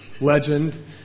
legend